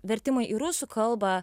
vertimai į rusų kalbą